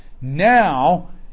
Now